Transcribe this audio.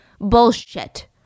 bullshit